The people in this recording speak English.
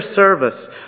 service